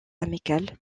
amical